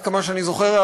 עד כמה שאני זוכר,